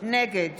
נגד